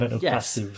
Yes